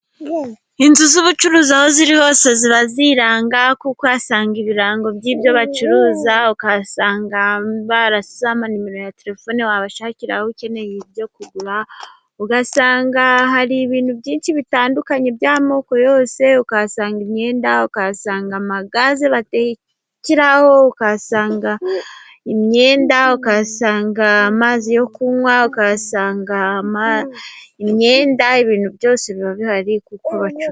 Inzu z'ubucuruzi aho ziri hose ziba ziranga, kuko uhasanga ibirango by'ibyo bacuruza, usanga barashyizeho amanimero ya telefone, wabashakiraho ukeneye ibintu byo kugura, ugasanga hari ibintu byinshi bitandukanye by'amoko yose, ukahasanga imyenda, ukahasanga amagaze batekeraho, ukahasanga imyenda, ukahasanga amazi yo kunwa, ukahasanga imyenda, ibintu byose biba bihari kuko bacuruza.